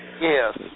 Yes